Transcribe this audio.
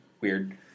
weird